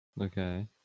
Okay